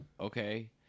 okay